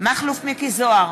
מכלוף מיקי זוהר,